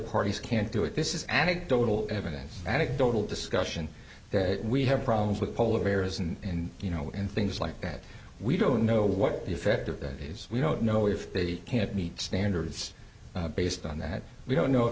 parties can't do it this is anecdotal evidence anecdotal discussion that we have problems with polar bears and you know and things like that we don't know what the effect of that is we don't know if they can't meet standards based on that we don't know if